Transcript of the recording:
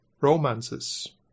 romances